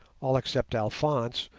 all except alphonse,